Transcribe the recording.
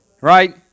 Right